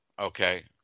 Okay